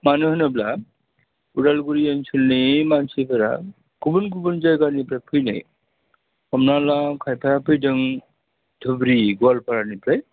मानो होनोब्ला उदालगुरि ओनसोलनि मानसिफोरा गुबुन गुबुन जायगानिफ्राय फैनाय हमनानैला खायफाया फैदों धुबुरि गवालपारानिफ्राय